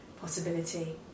possibility